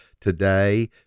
today